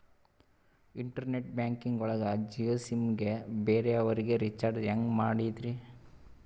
Internet banking ಒಳಗ Jio sim ಗೆ ಬೇರೆ ಅವರಿಗೆ ರೀಚಾರ್ಜ್ ಹೆಂಗ್ ಮಾಡಿದ್ರಿ?